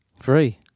free